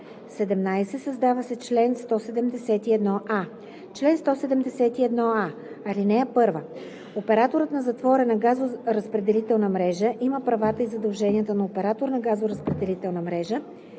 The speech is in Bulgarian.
17. Създава се чл. 171а: „Чл. 171а. (1) Операторът на затворена газоразпределителна мрежа има правата и задълженията на оператор на газоразпределителна мрежа